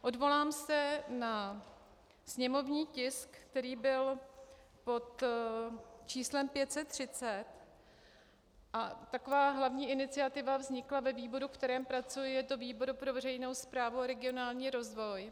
Odvolám se na sněmovní tisk, který byl pod č. 530, a taková hlavní iniciativa vznikla ve výboru, ve kterém pracuji, a je to výbor pro veřejnou správu a regionální rozvoj.